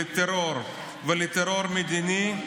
לטרור ולטרור מדיני,